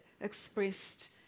expressed